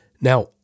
Now